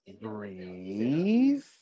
Breathe